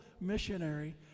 missionary